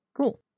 cool